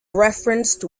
referenced